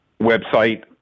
website